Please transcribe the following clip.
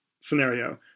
scenario